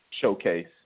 showcase